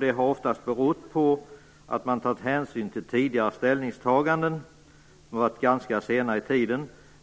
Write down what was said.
Det har oftast berott på att man tagit hänsyn till tidigare ställningstaganden,